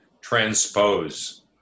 transpose